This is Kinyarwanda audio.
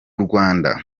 rwanda